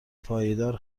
پایدار